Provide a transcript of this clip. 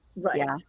Right